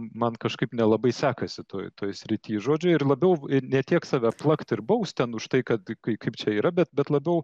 man kažkaip nelabai sekasi toj toj srityj žodžiu ir labiau ne tiek save plakt ir baust už tai kad kai kaip čia yra bet bet labiau